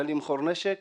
לא למכור נשק